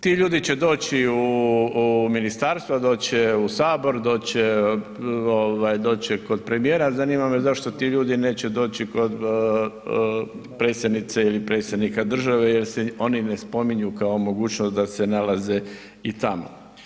Ti ljudi će doći u ministarstva, doći će u sabor, doći će ovaj kod premijera, zanima me zašto to ljudi neće doći kod predsjednice ili predsjednika države jer oni ne spominju kao mogućnost da se nalaze i tamo.